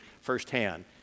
firsthand